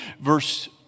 verse